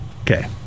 Okay